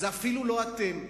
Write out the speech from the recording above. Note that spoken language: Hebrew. אפילו לא אתם.